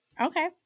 okay